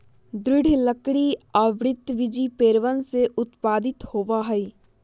दृढ़ लकड़ी आवृतबीजी पेड़वन से उत्पादित होबा हई